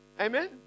Amen